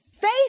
Faith